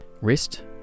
wrist